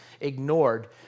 ignored